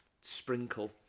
sprinkle